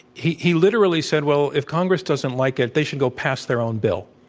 he he literally said, well, if congress doesn't like it, they should go pass their own bill,